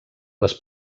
les